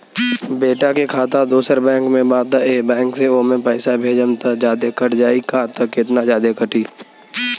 बेटा के खाता दोसर बैंक में बा त ए बैंक से ओमे पैसा भेजम त जादे कट जायी का त केतना जादे कटी?